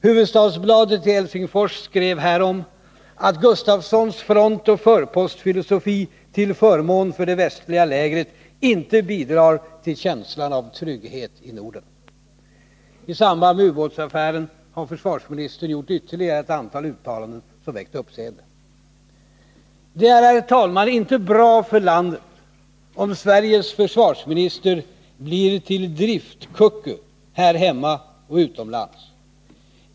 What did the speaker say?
Huvudstadsbladet i Helsingfors skrev härom att Gustafssons frontoch förpostfilosofi till förmån för det västliga lägret inte bidrar till känslan av trygghet i Norden. I samband med ubåtsaffären har försvarsministern gjort ytterligare ett antal uttalanden som väckt uppseende. Det är, herr talman, inte bra för landet om Sveriges försvarsminister blir till driftkucku här hemma och utomlands.